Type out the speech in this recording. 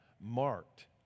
marked